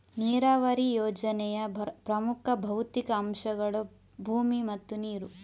ನೀರಾವರಿ ಯೋಜನೆಯ ಪ್ರಮುಖ ಭೌತಿಕ ಅಂಶಗಳು ಭೂಮಿ ಮತ್ತು ನೀರು